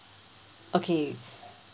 okay